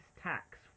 tax